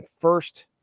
first